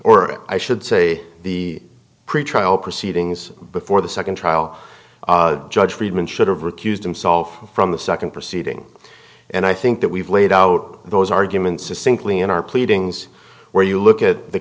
or i should say the pretrial proceedings before the second trial judge friedman should have recused himself from the second proceeding and i think that we've laid out those arguments is simply in our pleadings where you look at the